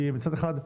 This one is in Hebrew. כי מצד אחד,